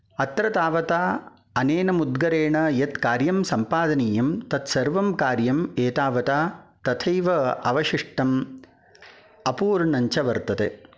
अत्र तावता अनेन मुद्गरेन यद् कार्यं सम्पादनीयं तद् सर्वं कार्यम् एतावता तथैव अवशिष्टम् अपूर्णञ्च वर्तते